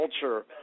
culture